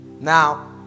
now